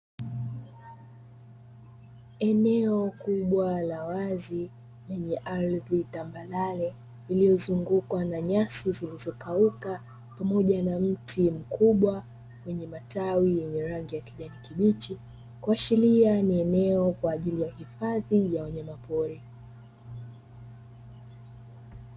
Eneo kubwa la wazi lenye ardhi tambarare lililozungukwa na nyasi zilizokauka pamoja na mti mkubwa wenye matawi yenye rangi ya kijani kibichi, kuashiria ni eneo kwa ajili ya hifadhi ya wanyama pori.